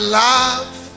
love